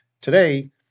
Today